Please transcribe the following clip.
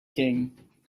king